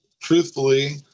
truthfully